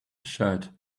shirt